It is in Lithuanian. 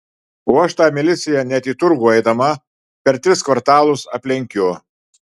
o aš tą miliciją net į turgų eidama per tris kvartalus aplenkiu